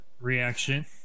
reaction